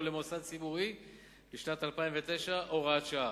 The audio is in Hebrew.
למוסד ציבורי בשנת המס 2009) (הוראת שעה).